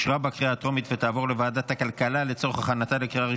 לוועדת הכלכלה נתקבלה.